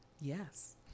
Yes